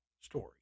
story